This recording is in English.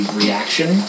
reaction